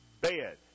bed